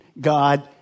God